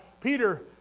Peter